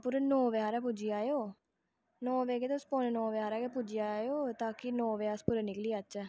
पूरे नौ बजे हारे पुज्जी जाएओ नौ बजे के तुस पौने नौ बजे हारे गै पुज्जी जाएओ गै ताकि नौ बजे अस पूरे निकली जाचै